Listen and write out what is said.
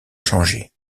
changer